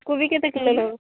କୋବି କେତେ କିଲ ଲୋ